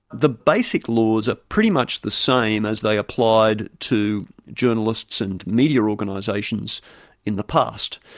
the basic laws are pretty much the same as they applied to journalists and media organisations in the past.